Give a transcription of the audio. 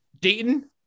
Dayton